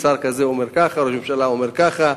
שר כזה אומר ככה, ראש הממשלה אומר ככה.